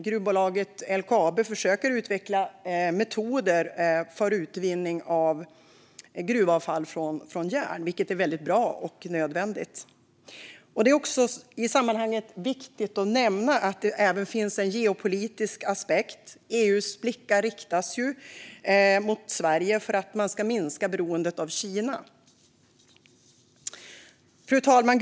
Gruvbolaget LKAB försöker dock utveckla metoder för utvinning ur gruvavfall från järn, vilket är väldigt bra och nödvändigt. Det är i sammanhanget viktigt att nämna att det även finns en geopolitisk aspekt. EU:s blickar riktas mot Sverige för att minska beroendet av Kina. Fru talman!